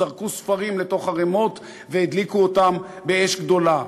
זרקו ספרים לערמות והדליקו אותם באש גדולה.